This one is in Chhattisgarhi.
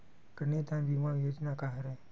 कन्यादान बीमा योजना का हरय?